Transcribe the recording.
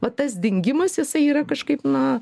vat tas dingimas jisai yra kažkaip na